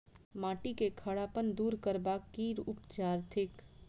माटि केँ खड़ापन दूर करबाक की उपाय थिक?